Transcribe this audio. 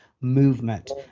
movement